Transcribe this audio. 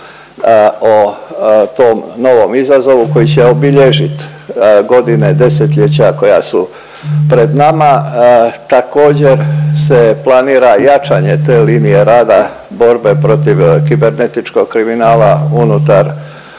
o tom novom izazovu koji će obilježit godine, 10-ljeća koja su pred nama. Također se planira jačanje te linije rada borbe protiv kibernetičkog kriminala unutar